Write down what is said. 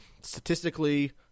statistically